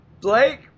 Blake